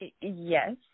Yes